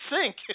sink